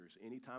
anytime